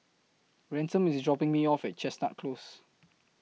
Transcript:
Ransom IS dropping Me off At Chestnut Close